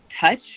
touch